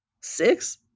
Six